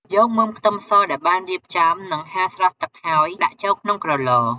យកមើមខ្ទឹមសដែលបានរៀបចំ និងហាលស្រស់ទឹកហើយ ដាក់ចូលក្នុងក្រឡ។